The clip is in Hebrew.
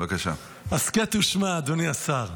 הסכת ושמע, אדוני השר,